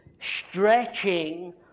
stretching